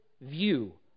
view